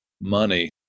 money